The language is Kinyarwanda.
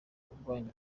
urwanya